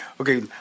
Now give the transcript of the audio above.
Okay